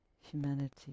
humanity